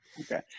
Okay